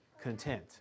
content